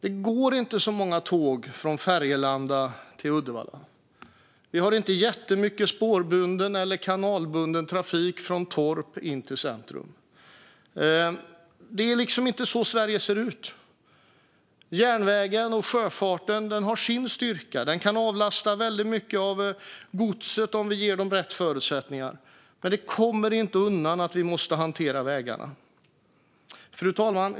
Det går inte så många tåg från Färgelanda till Uddevalla, och vi har inte jättemycket spårbunden eller kanalbunden trafik från Torp in till centrum. Sverige ser inte ut så. Järnvägen och sjöfarten har sin styrka och kan avlasta mycket av godset om rätt förutsättningar ges. Men vi kommer inte undan att hantera vägarna. Fru talman!